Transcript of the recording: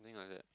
like that